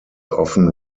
often